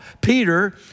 Peter